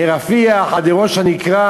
מרפיח עד ראש-הנקרה,